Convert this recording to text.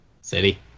City